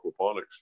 aquaponics